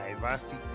diversity